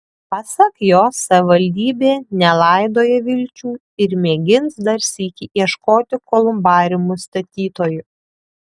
pasak jos savivaldybė nelaidoja vilčių ir mėgins dar sykį ieškoti kolumbariumų statytojų